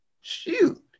shoot